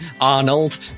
Arnold